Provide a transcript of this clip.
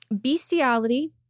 bestiality